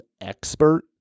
expert